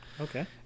Okay